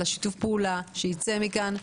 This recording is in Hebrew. על שיתוף הפעולה שייצא מכאן.